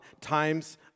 times